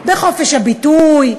בחופש הביטוי,